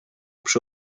przy